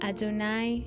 Adonai